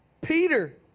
Peter